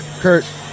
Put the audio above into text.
Kurt